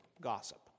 gossip